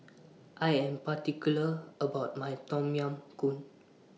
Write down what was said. I Am particular about My Tom Yam Goong